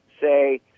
say